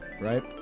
right